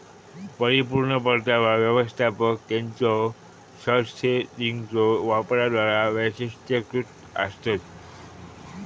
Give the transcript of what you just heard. परिपूर्ण परतावा व्यवस्थापक त्यांच्यो शॉर्ट सेलिंगच्यो वापराद्वारा वैशिष्ट्यीकृत आसतत